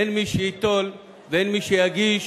אין מי שייטול ואין מי שיגיש